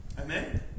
Amen